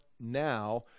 Now